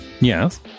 Yes